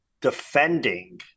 defending